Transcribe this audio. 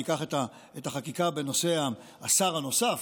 ניקח את החקיקה בנושא השר הנוסף,